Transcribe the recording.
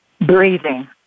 breathing